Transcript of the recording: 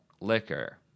liquor